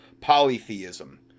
polytheism